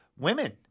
women